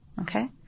okay